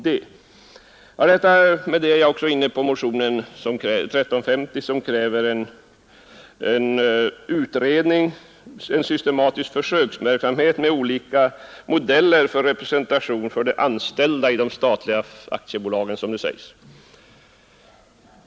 Med detta kommer jag in på motionen 1350, vari begärs ”åtgärder för att stimulera en mera systematisk försöksverksamhet med olika modeller för representation för de anställda i företagens styrelser ———”.